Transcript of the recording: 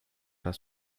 das